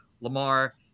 Lamar